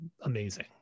Amazing